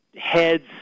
heads